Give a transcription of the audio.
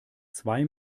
zwei